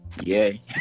yay